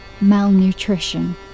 malnutrition